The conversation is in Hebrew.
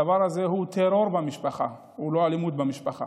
הדבר הזה הוא טרור במשפחה, הוא לא אלימות במשפחה.